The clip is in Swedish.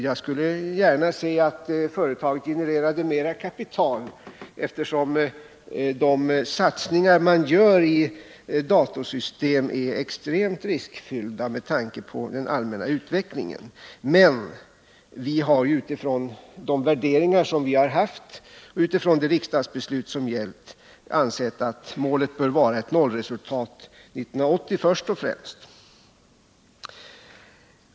Jag skulle gärna se att företaget genererade mera kapital, eftersom de satsningar som görs i datorsystem är extremt riskfyllda med tanke på den allmänna utvecklingen. Men vi har utifrån de värderingar som vi har haft och utifrån det riksdagsbeslut som har gällt ansett att målet bör vara ett nollresultat till först och främst 1980.